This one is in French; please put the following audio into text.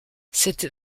cette